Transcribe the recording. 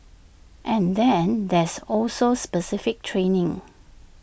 and then there's also specific training